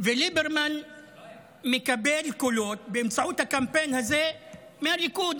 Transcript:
וליברמן מקבל קולות באמצעות הקמפיין הזה מהליכוד,